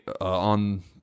on